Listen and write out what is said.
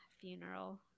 funeral